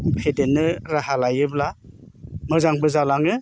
फेदेरनो राहा लायोब्ला मोजांबो जालाङो